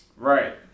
Right